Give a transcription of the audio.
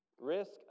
risk